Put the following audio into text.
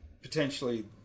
Potentially